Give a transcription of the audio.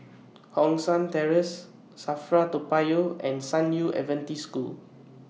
Hong San Terrace SAFRA Toa Payoh and San Yu Adventist School